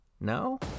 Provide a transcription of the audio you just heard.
No